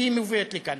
והיא נופלת לכאן,